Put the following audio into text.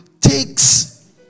takes